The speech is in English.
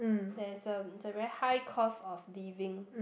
there's a is a very high cost of living